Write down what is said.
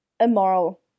immoral